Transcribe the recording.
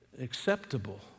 acceptable